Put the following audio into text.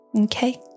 Okay